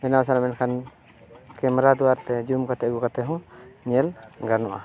ᱵᱮᱱᱟᱣ ᱥᱟᱱᱟᱣᱟ ᱢᱮᱱᱠᱷᱟᱱ ᱠᱮᱢᱮᱨᱟ ᱫᱟᱭᱟᱛᱮ ᱡᱩᱢ ᱠᱟᱛᱮᱫ ᱟᱹᱜᱩ ᱠᱟᱛᱮᱫ ᱦᱚᱸ ᱧᱮᱞ ᱜᱟᱱᱚᱜᱼᱟ